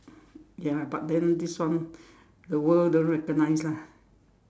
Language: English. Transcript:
ya but then this one the world doesn't recognize lah